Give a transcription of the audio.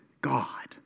God